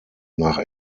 nach